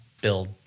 build